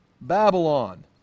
Babylon